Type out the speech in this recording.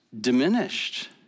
diminished